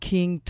King